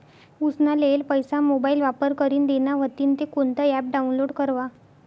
उसना लेयेल पैसा मोबाईल वापर करीन देना व्हतीन ते कोणतं ॲप डाऊनलोड करवा?